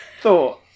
thought